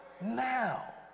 now